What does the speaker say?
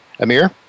Amir